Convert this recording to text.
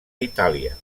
itàlia